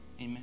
Amen